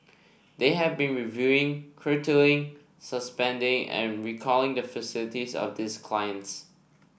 they have been reviewing curtailing suspending and recalling the facilities of these clients